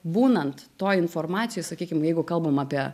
būnant toj informacijoj sakykim jeigu kalbam apie